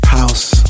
house